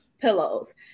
pillows